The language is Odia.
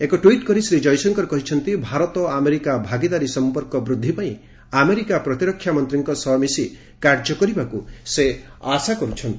ଏକ ଟ୍ୱିଟ୍ କରି ଶ୍ରୀ ଜୟଶଙ୍କର କହିଛନ୍ତି ଭାରତ ଆମେରିକା ଭାଗିଦାରୀ ସମ୍ପର୍କ ଚୃଦ୍ଧି ପାଇଁ ଆମେରିକା ପ୍ରତିରକ୍ଷା ମନ୍ତ୍ରୀଙ୍କ ସହ ମିଶି କାର୍ଯ୍ୟ କରିବାକୁ ସେ ଆଶା କର୍ପ୍ଛନ୍ତି